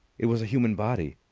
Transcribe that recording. it was a human body.